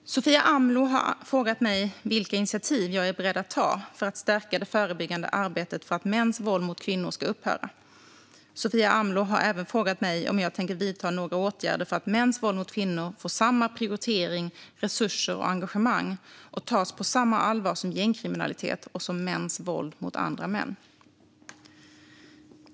Fru talman! Sofia Amloh har frågat mig vilka initiativ jag är beredd att ta för att stärka det förebyggande arbetet för att mäns våld mot kvinnor ska upphöra. Sofia Amloh har även frågat mig om jag tänker vidta några åtgärder för att mäns våld mot kvinnor ska få samma prioritering, resurser och engagemang och tas på samma allvar som gängkriminalitet och mäns våld mot andra män.